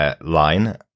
line